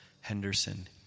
Henderson